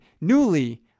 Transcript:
newly